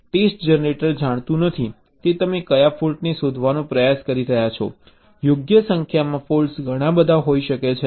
test generator જાણતું નથી કે તમે કયા ફૉલ્ટોને શોધવાનો પ્રયાસ કરી રહ્યા છો યોગ્ય સંખ્યામાં ફૉલ્ટ્સ ગણા બધા હોઈ શકે છે